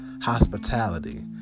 hospitality